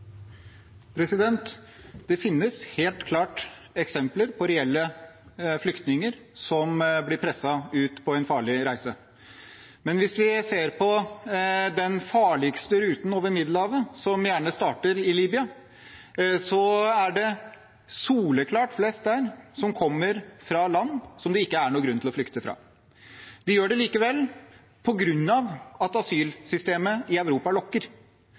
Det finnes helt klart eksempler på reelle flyktninger som blir presset ut på en farlig reise. Men hvis vi ser på den farligste ruten over Middelhavet, som gjerne starter i Libya, er det soleklart flest der som kommer fra land som det ikke er noen grunn til å flykte fra. De gjør det likevel på grunn av at asylsystemet i Europa lokker.